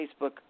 Facebook